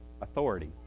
Authority